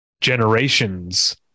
generations